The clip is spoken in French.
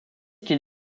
qu’il